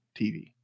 TV